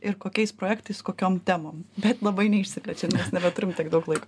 ir kokiais projektais kokiom temom bet labai neišsiplečiant nes nebeturim tiek daug laiko